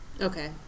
Okay